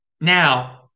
Now